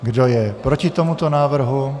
Kdo je proti tomuto návrhu?